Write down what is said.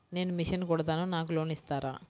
నేను మిషన్ కుడతాను నాకు లోన్ ఇస్తారా?